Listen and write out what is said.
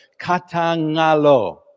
katangalo